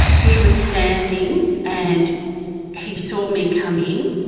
he was standing and he saw me coming.